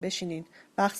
بشینین، وقت